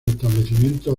establecimientos